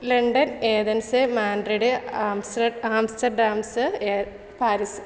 London Athens Madrid ആംസ് Amsterdam യേ Paris